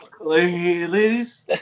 ladies